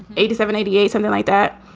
eighty seven. eighty eight, something like that.